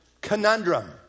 conundrum